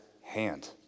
hand